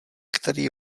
který